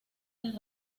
las